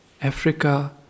Africa